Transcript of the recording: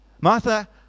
Martha